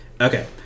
Okay